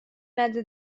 نده